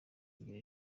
kugira